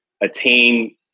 attain